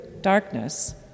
darkness